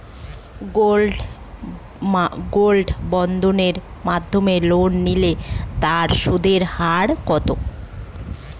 Gold বন্ডের মাধ্যমে loan নিলে তার সুদের হার কত?